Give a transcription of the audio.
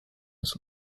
his